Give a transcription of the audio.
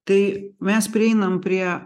tai mes prieinam prie